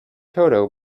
toto